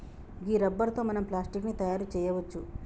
గీ రబ్బరు తో మనం ప్లాస్టిక్ ని తయారు చేయవచ్చు